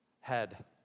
Head